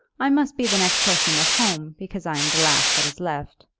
i must be the next person at home, because i am the last that is left.